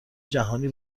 جهانی